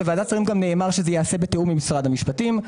בוועדת השרים גם נאמר שזה ייעשה בתיאום עם משרד המשפטים.